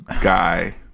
guy